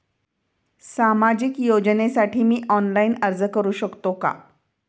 सामाजिक योजनेसाठी मी ऑनलाइन अर्ज करू शकतो का?